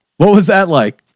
what was that like?